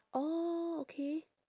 orh okay